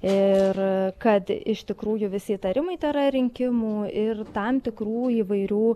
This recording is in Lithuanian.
ir kad iš tikrųjų visi įtarimai tėra rinkimų ir tam tikrų įvairių